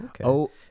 Okay